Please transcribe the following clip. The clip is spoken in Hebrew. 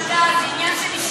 זה רק מראה שזה לא עניין של מפלגה,